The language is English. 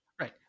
Right